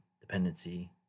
dependency